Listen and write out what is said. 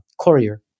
courier